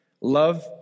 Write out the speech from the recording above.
Love